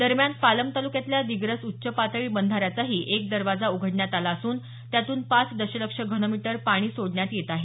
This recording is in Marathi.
दरम्यान पालम तालुक्यातल्या दिग्रस उच्च पातळी बंधाऱ्याचाही एक दरवाजा उघडण्यात आला असून त्यातून पाच दशलक्ष घनमीटर पाणी सोडण्यात येत आहे